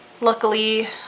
luckily